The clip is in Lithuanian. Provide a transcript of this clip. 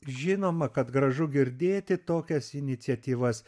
žinoma kad gražu girdėti tokias iniciatyvas